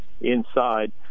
inside